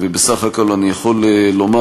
ובסך הכול אני יכול לומר,